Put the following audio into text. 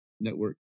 Network